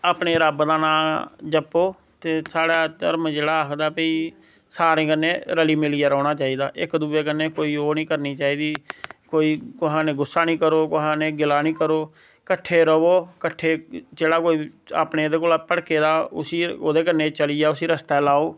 अपने रब्ब दा नां जपो ते स्हाड़ै धर्म जेह्ड़ा आखदा भाई सारें कन्ने रली मिलिये रौह्ना चाहिदा इक दुए कन्नै ओह् नी करनी चाहिदी कोई कोहा ने गुस्सा नी करो कोहा ने गिला नी करो कट्ठे रोवो कट्ठे जेह्ड़ा कोई अपने ओह्दे कोला भड़के दा उसी ओह्दे कन्ने चलिये उसी रस्ता लाओ